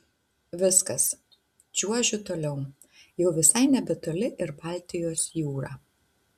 viskas čiuožiu toliau jau visai nebetoli ir baltijos jūra